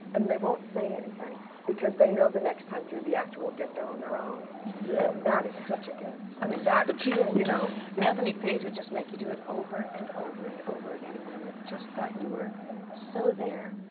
and they won't say anything because they know the next time through the act you will get there on their own. huh. yeah. and that is such a gift. i mean that. but you you know. anthony paige would just make you do it over and over and over again, and when you just thought you were so there,